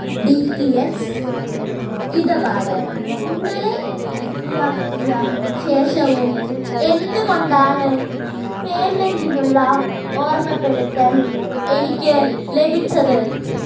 D T H ഇടപാട് ഇന്നലെ പൂർത്തിയാക്കിയ ശേഷവും എന്തുകൊണ്ടാണ് പേയ്മെന്റിനുള്ള ഓർമ്മപ്പെടുത്തൽ എനിക്ക് ലഭിച്ചത്